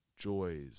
joys